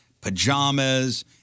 pajamas